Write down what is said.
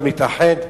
היום להתאחד,